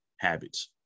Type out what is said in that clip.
Habits